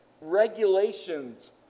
regulations